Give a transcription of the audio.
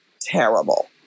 terrible